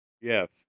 Yes